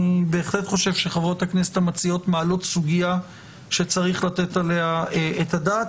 אני חושב שחברות הכנסת המציעות מעלות סוגיה שיש לתת עליה את הדעת.